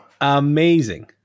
Amazing